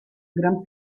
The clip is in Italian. gran